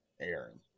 Aaron